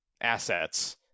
assets